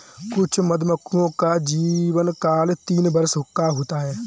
कुछ मधुमक्खियों का जीवनकाल तीन वर्ष का होता है